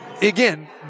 Again